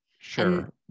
sure